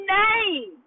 name